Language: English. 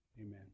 Amen